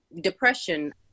depression